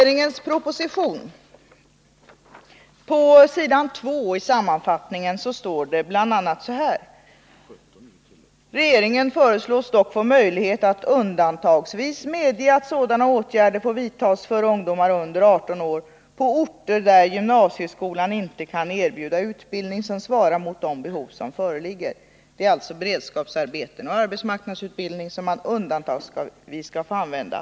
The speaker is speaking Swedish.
2i sammanfattningen av regeringens proposition står det bl.a. så här: ”Regeringen föreslås dock få möjlighet att undantagsvis medge att sådana åtgärder får vidtas för ungdom under 18 år på orter där gymnasieskolan inte kan erbjuda utbildning som svarar mot de behov som föreligger.” Det är alltså beredskapsarbeten och arbetsmarknadsutbildning man undantagsvis skall få använda.